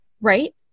right